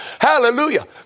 Hallelujah